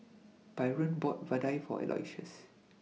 Byron bought Vadai For Aloysius